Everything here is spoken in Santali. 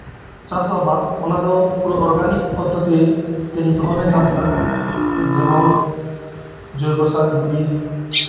ᱪᱟᱥᱵᱟᱥ ᱚᱱᱟᱫᱚ ᱯᱩᱨᱟᱹ ᱚᱨᱜᱟᱱᱤᱠ ᱯᱚᱫᱽᱫᱷᱚᱛᱤ ᱛᱮ ᱱᱤᱛ ᱦᱚᱞᱮ ᱪᱟᱥ ᱫᱟ ᱡᱮᱢᱚᱱ ᱡᱳᱭᱵᱚ ᱥᱟᱨ ᱜᱩᱨᱤᱡ